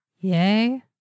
Yay